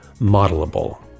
modelable